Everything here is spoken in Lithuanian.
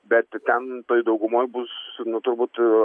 bet ten toj daugumoj bus nu turbūt